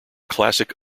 classic